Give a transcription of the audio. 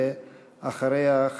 ואחריה,